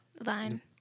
Vine